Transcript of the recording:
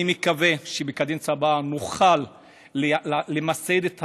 אני מקווה שבקדנציה הבאה נוכל למסד את